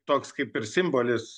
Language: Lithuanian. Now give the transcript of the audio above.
toks kaip ir simbolis